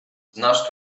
znasz